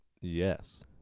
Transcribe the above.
yes